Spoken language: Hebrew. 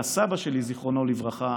מהסבא שלי זיכרונו לברכה,